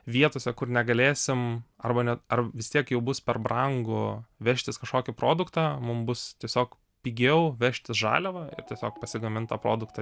vietose kur negalėsim arba net ar vis tiek jau bus per brangu vežtis kažkokį produktą mum bus tiesiog pigiau vežtis žaliavą tiesiog pasigamint tą produktą